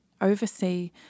oversee